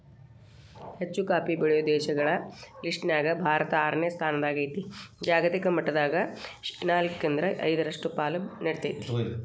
ಹೆಚ್ಚುಕಾಫಿ ಬೆಳೆಯೋ ದೇಶಗಳ ಲಿಸ್ಟನ್ಯಾಗ ಭಾರತ ಆರನೇ ಸ್ಥಾನದಾಗೇತಿ, ಜಾಗತಿಕ ಮಟ್ಟದಾಗ ಶೇನಾಲ್ಕ್ರಿಂದ ಐದರಷ್ಟು ಪಾಲು ನೇಡ್ತೇತಿ